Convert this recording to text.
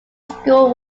school